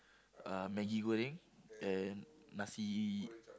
uh Maggie Goreng and nasi